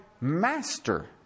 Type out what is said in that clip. master